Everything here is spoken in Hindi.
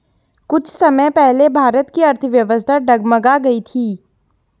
कुछ समय पहले भारत की अर्थव्यवस्था डगमगा गयी थी